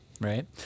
right